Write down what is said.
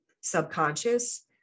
subconscious